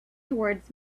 towards